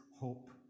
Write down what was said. hope